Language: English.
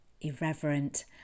irreverent